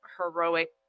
heroic